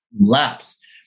lapse